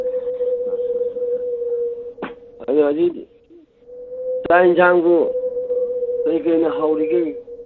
ꯑꯗꯨ ꯍꯧꯖꯤꯛ ꯆꯥꯛ ꯌꯦꯟꯁꯥꯡꯕꯨ ꯀꯩꯀꯩꯅ ꯍꯥꯎꯔꯤꯒꯦ